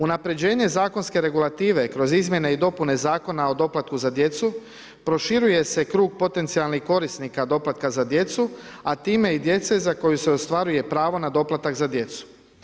Unapređenje zakonske regulative kroz izmjene i dopune Zakona o doplatku za djecu proširuje se krug potencijalnih korisnika doplatka za djecu, a time i djece za koje se ostvaruje pravo na doplatak za djecu.